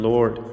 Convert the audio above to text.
Lord